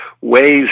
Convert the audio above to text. ways